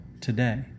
today